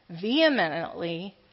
vehemently